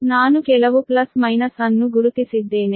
ನಾನು ಕೆಲವು plus minus ಅನ್ನು ಗುರುತಿಸಿದ್ದೇನೆ